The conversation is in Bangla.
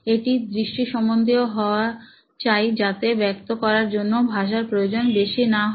এটি দৃষ্টি সম্বন্ধীয় হওয়া চাই যাতে ব্যক্ত করার জন্য ভাষার প্রয়োজন বেশি নয় হয়